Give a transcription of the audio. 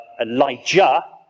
Elijah